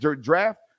draft